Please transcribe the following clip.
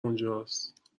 اونجاست